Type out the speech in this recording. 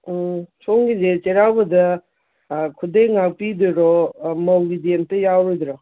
ꯎꯝ ꯁꯣꯝꯒꯤꯁꯦ ꯆꯩꯔꯥꯎꯕꯗ ꯈꯨꯗꯩ ꯉꯥꯛ ꯄꯤꯗꯣꯏꯔꯣ ꯃꯧꯒꯤꯗꯤ ꯑꯝꯇ ꯌꯥꯎꯔꯣꯏꯗ꯭ꯔꯣ